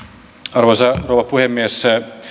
arvoisa rouva puhemies